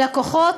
לקוחות,